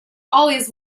always